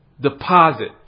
deposit